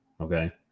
Okay